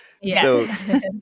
Yes